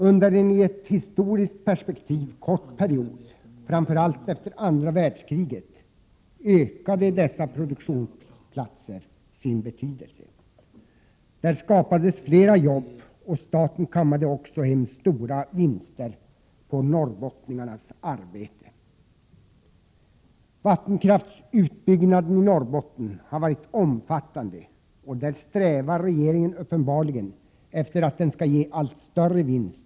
Under en i ett historiskt perspektiv kort period, framför allt efter andra världskriget, ökade dessa produktionsplatser sin betydelse. Där skapades flera jobb, och staten kammade också hem stora vinster på norrbottningarnas arbete. Vattenkraftsutbyggnaden i Norrbotten har varit omfattande, och där strävar regeringen uppenbarligen efter att den skall ge allt större vinst, som Prot.